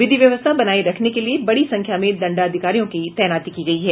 विधि व्यवस्था बनाये रखने के लिए बड़ी संख्या में दंडाधिकारियों की तैनाती की गयी है